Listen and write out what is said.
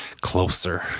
closer